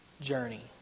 journey